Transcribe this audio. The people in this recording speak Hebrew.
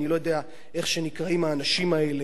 אני לא יודע איך נקראים האנשים האלה,